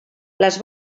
les